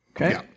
Okay